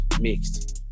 mixed